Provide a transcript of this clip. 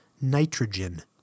Nitrogen